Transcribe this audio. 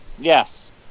yes